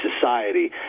society